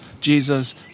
Jesus